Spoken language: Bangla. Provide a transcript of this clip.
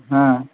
হ্যাঁ